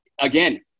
again